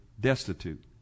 destitute